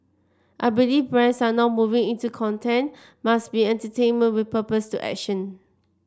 I believe brands now moving into content must be entertainment with purpose to action